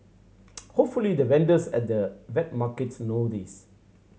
hopefully the vendors at the wet markets know this